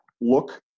look